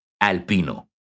Alpino